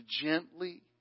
gently